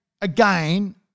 again